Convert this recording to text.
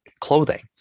clothing